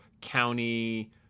County